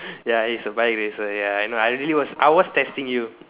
ya he's a bike racer ya I know I really was I was testing you